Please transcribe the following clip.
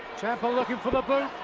ciampa looking for the boot,